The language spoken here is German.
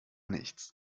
nichts